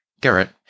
Garrett